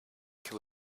kill